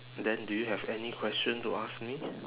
then do you have any question to ask me